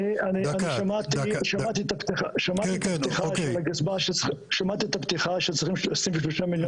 שמעתי את הפתיחה של הגזבר שהם צריכים לשים 3 מיליון